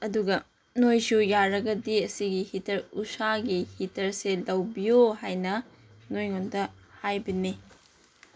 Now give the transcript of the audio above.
ꯑꯗꯨꯒ ꯅꯣꯏꯁꯨ ꯌꯥꯔꯒꯗꯤ ꯑꯁꯤꯒꯤ ꯍꯤꯇꯔ ꯎꯁꯥꯒꯤ ꯍꯤꯇꯔꯁꯦ ꯂꯧꯕꯤꯌꯨ ꯍꯥꯏꯅ ꯅꯣꯏꯉꯣꯟꯗ ꯍꯥꯏꯕꯅꯤ